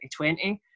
2020